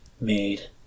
made